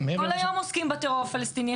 כל היום עוסקים בטרור הפלסטיני.